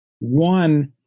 One